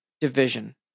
division